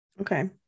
Okay